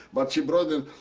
but she brought it,